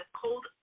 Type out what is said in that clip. cold